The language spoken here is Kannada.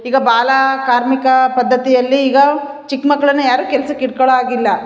ಈಗ ಬಾಲ ಕಾರ್ಮಿಕ ಪದ್ದತಿಯಲ್ಲಿ ಈಗ ಚಿಕ್ಕ ಮಕ್ಳನ್ನು ಯಾರು ಕೆಲ್ಸಕ್ಕೆ ಇಟ್ಕೊಳ್ಳೊ ಹಾಗಿಲ್ಲ